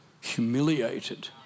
humiliated